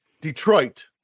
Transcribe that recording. Detroit